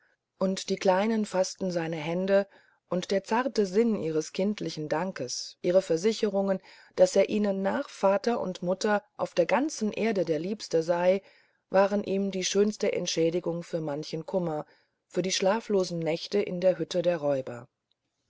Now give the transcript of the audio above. und die kleinen faßten seine hände und der zarte sinn ihres kindlichen dankes ihre versicherungen daß er ihnen nach vater und mutter auf der ganzen erde der liebste sei waren ihm die schönste entschädigung für manchen kummer für die schlaflosen nächte in der hütte der räuber